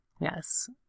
Yes